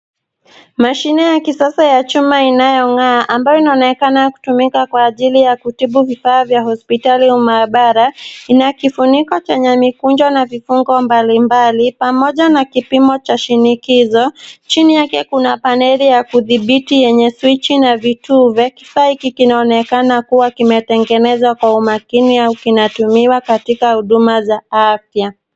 Mashine ya kisasa ya chuma inayong'aa ambayo inaonekana kutumika kwa ajili ya kutibu vifaa vya hospitali au maabara, ina kifuniko chenye mikunjo na vifungo mbalimbali pamoja na kipimo cha shinikizo. Chini yake kuna paneli ya kudhibiti yenye swichi na vitufe, kifaa hiki kinaonekana kuwa kinatengenezwa kwa umakini au kinatumiwa katika huduma za afya.